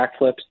backflips